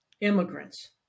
immigrants